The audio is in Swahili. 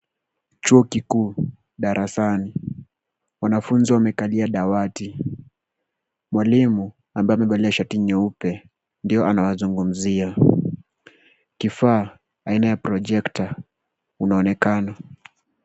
Chuo kikuu, darasani, wanafunzi wamekalia dawati. Mwalimu, ambaye amevalia shati nyeupe, ndio anawazungumzia. Kifaa aina ya projekta unaonekana.